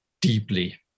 deeply